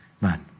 man